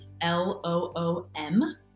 L-O-O-M